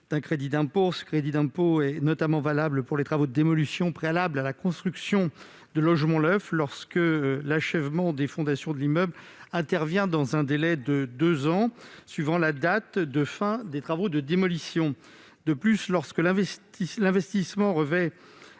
d'un crédit d'impôt. Celui-ci est notamment valable pour les travaux de démolition préalables à la construction de logements neufs, lorsque l'achèvement des fondations de l'immeuble intervient dans un délai de deux ans suivant la date de fin des travaux de démolition. De plus, lorsque l'investissement revêt